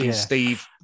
Steve